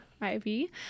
Ivy